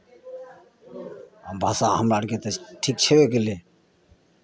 आ भाषा हमरा आरके तऽ ठीक छेबै कयलै